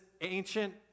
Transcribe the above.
ancient